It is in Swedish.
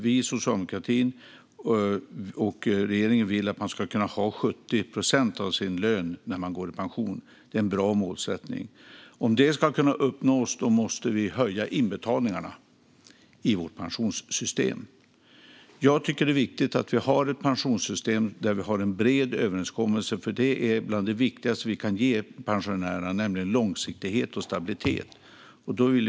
Vi socialdemokrater och regeringen vill att man ska få en pension motsvarande 70 procent av sin lön. Det är ett bra mål. Om det ska uppnås måste vi höja inbetalningarna till pensionssystemet. Jag tycker att det är viktigt med ett pensionssystem baserat på en bred överenskommelse. Det viktigaste vi kan ge pensionärerna är långsiktighet och stabilitet.